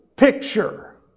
Picture